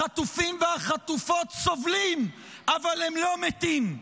החטופים והחטופות סובלים אבל הם לא מתים?